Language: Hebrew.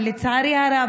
ולצערי הרב,